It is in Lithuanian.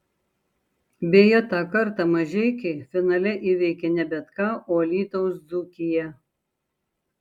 beje tą kartą mažeikiai finale įveikė ne bet ką o alytaus dzūkiją